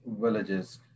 villages